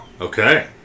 Okay